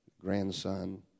grandson